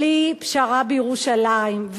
בלי פשרה בירושלים.